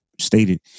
stated